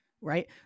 right